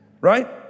Right